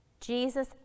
Jesus